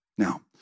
Now